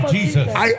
Jesus